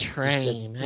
Train